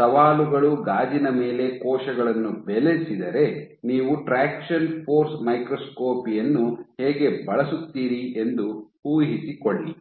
ಸವಾಲುಗಳು ಗಾಜಿನ ಮೇಲೆ ಕೋಶಗಳನ್ನು ಬೆಳೆಸಿದರೆ ನೀವು ಟ್ರಾಕ್ಷನ್ ಫೋರ್ಸ್ ಮೈಕ್ರೋಸ್ಕೋಪಿ ಯನ್ನು ಹೇಗೆ ಬಳಸುತ್ತೀರಿ ಎಂದು ಊಹಿಸಿಕೊಳ್ಳಿ